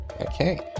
okay